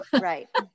Right